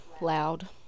loud